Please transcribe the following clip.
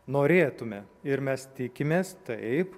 norėtume ir mes tikimės taip